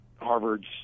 Harvard's